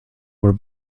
were